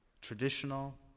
traditional